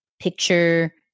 picture